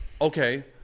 okay